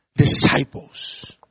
disciples